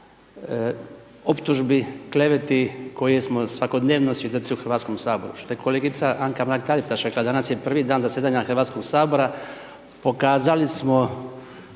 Hrvatskom saboru,